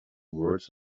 words